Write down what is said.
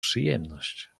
przyjemność